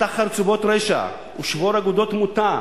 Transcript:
פתח חרצובות רשע ושבור אגודות מוטה,